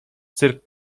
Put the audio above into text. cyrk